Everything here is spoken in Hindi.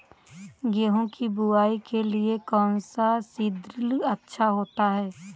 गेहूँ की बुवाई के लिए कौन सा सीद्रिल अच्छा होता है?